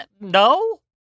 No